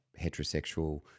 heterosexual